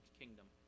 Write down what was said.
kingdom